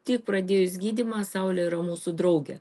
tik pradėjus gydymą saulė yra mūsų draugė